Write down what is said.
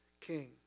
king